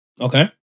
Okay